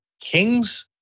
Kings